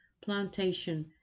plantation